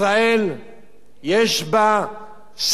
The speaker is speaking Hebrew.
יש בה שפע כלכלי,